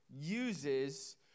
uses